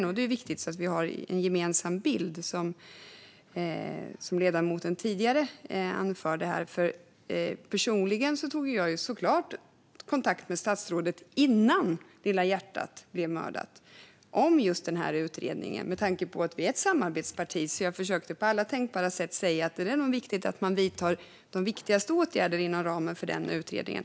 Jag tog såklart kontakt med statsrådet om denna utredning innan Lilla hjärtat blev mördad. Eftersom Liberalerna är ett samarbetsparti försökte jag på alla tänkbara sätt säga att man borde vidta de viktigaste åtgärderna inom ramen för denna utredning.